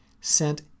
sent